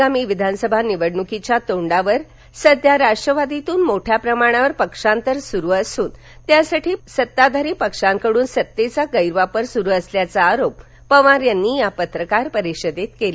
आगामी विधानसभा निवडणुकीच्या तोंडावर सध्या राष्ट्रवादीतून मोठ्या प्रमाणावर पक्षांतर सुरु असून त्यासाठी सत्ताधारी पक्षांकडून सत्तेचा गैरवापर सुरु असल्याचा आरोप पवार यांनी या पत्रकार परिषदेत बोलताना केला